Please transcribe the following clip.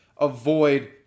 avoid